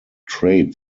trade